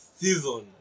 season